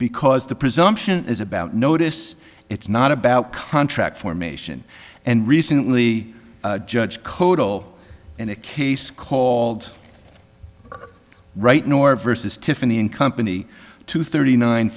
because the presumption is about notice it's not about contract formation and recently judge cotto in a case called right nor versus tiffany and company two thirty nine